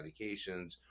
medications